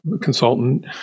consultant